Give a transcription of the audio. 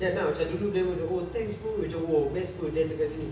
dan ah macam dulu dan macam oh thanks bro macam !whoa! best [pe] dan ada dekat sini